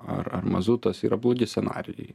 ar ar mazutas yra blogi scenarijai